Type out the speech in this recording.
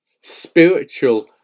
spiritual